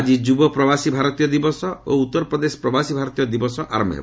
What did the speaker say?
ଆଜି ଯୁବ ପ୍ରବାସୀ ଭାରତୀୟ ଦିବସ ଓ ଉତ୍ତରପ୍ରଦେଶ ପ୍ରବାସୀ ଭାରତୀୟ ଦିବସ ଆରମ୍ଭ ହେବ